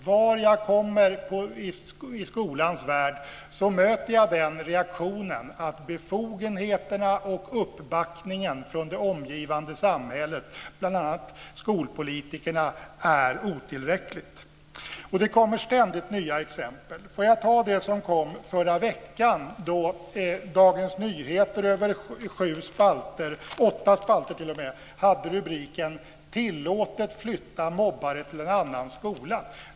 Var jag kommer i skolans värld möter jag reaktionen att befogenheterna och uppbackningen från det omgivande samhället, bl.a. skolpolitikerna, är otillräckliga. Det kommer ständigt nya exempel. Jag tar ett som kom förra veckan, då Dagens Nyheter över sju spalter, eller t.o.m. åtta, hade rubriken: Tillåtet flytta mobbare till en annan skola.